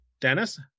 Dennis